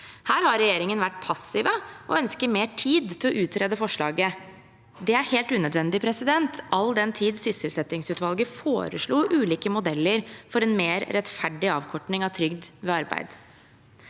Her har regjeringen vært passiv og ønsker mer tid til å utrede forslaget. Det er helt unødvendig, all den tid sysselsettingsutvalget foreslo ulike modeller for en mer rettferdig avkorting av trygd og arbeid.